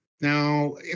Now